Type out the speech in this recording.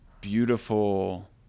beautiful